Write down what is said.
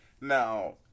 Now